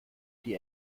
die